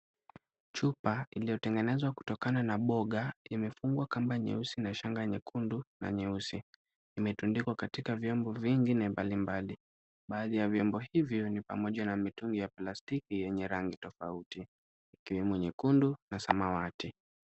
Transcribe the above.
Chupa iliyotengenezwa kutokana na boga, imefungwa kamba nyekundu na shanga nyeupe na nyeusi, imetundikwa katika vyombo nyingi mbalimbali, baadhi ya viombo hivyo ni mitungi ya plastiki yenye rangi tofauti, ikiwemo nyekundu na samawati.